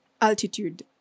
altitude